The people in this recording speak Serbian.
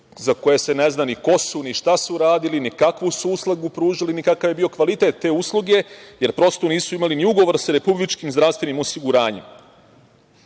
za koje se ne zna ni ko su ni šta su uradili, ni kakvu su uslugu pružali, ni kakav je bio kvalitet usluge, jer prosto nisu imali ni ugovor sa Republičkim zdravstvenim osiguranjem.